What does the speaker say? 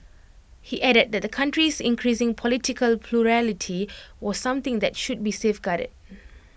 he added that the country's increasing political plurality was something that should be safeguarded